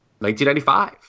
1995